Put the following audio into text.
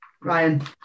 Ryan